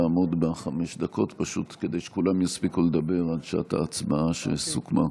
נא לעמוד בחמש דקות כדי שכולם יספיקו לדבר עד שעת ההצבעה שסוכמה.